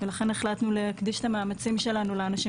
לכן החלטנו להקדיש את המאמצים שלנו לאנשים